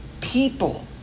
people